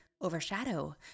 overshadow